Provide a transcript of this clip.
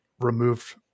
removed